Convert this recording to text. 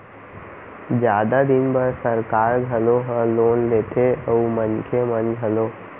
जादा दिन बर सरकार घलौ ह लोन लेथे अउ मनखे मन घलौ